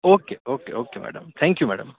okay okay okay madam thank you madam